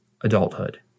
adulthood